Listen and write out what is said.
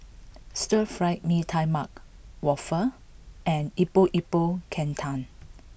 Stir Fried Mee Tai Mak Waffle and Epok Epok Kentang